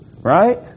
Right